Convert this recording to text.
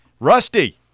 Rusty